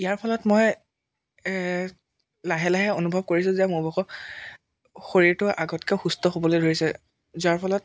ইয়াৰ ফলত মই লাহে লাহে অনুভৱ কৰিছোঁ যে মোৰ ভাগৰ শৰীৰটো আগতকে সুস্থ হ'বলৈ ধৰিছে যাৰ ফলত